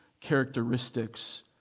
characteristics